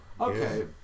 Okay